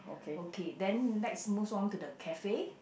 okay then next moves on to the cafe